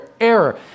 error